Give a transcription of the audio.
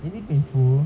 is it painful